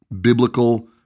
biblical